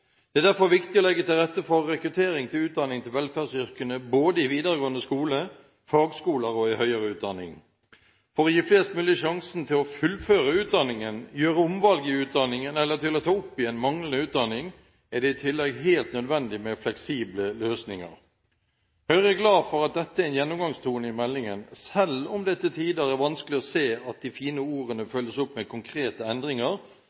Det er derfor viktig å legge til rette for rekruttering til utdanning til velferdsyrkene både i videregående skole, fagskoler og i høyere utdanning. For å gi flest mulig sjansen til å fullføre utdanningen, gjøre omvalg i utdanningen eller til å ta opp igjen manglende utdanning er det i tillegg helt nødvendig med fleksible løsninger. Høyre er glad for at dette er en gjennomgangstone i meldingen, selv om det til tider er vanskelig å se at de fine ordene følges opp med konkrete endringer